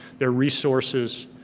their resources,